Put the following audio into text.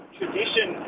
tradition